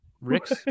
Rick's